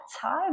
time